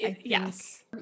Yes